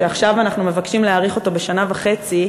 שעכשיו אנחנו מבקשים להאריך את תוקפו בשנה וחצי,